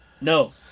No